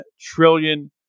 trillion